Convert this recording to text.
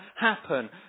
happen